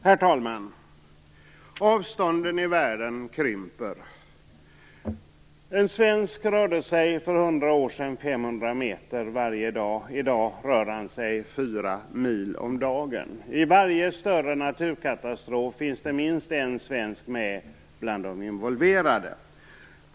Herr talman! Avstånden i världen krymper. En svensk rörde sig för hundra år sedan 500 meter varje dag. I dag rör han sig fyra mil om dagen. I varje större naturkatastrof finns minst en svensk med bland de involverade.